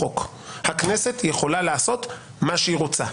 הכנסת יכולה לעשות מה שהיא רוצה.